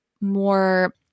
more